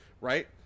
right